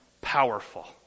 powerful